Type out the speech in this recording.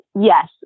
yes